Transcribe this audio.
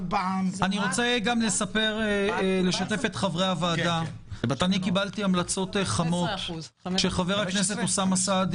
מבקש לשתף את חברי הוועדה שקיבלתי המלצות חמות שחבר הכנסת אוסאמה סעדי